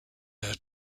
her